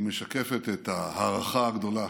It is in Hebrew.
משקפת את ההערכה הגדולה